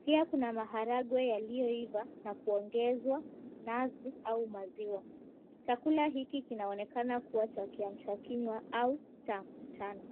pia kuna maharagwe yaliyoiva na kuongezwa nazi au maziwa. Chakula hiki kinaonekana kuwa cha kiamsha kinywa au cha mchana.